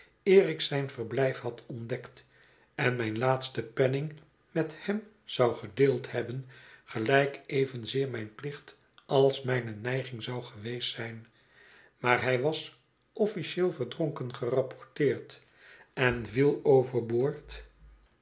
ik zijn verblijf had ontdekt en mijn laatsten penning met hem zou gedeeld hebben gelijk evenzeer mijn plicht als mijne neiging zou geweest zijn maar hij was officieel verdronken gerapporteerd en viel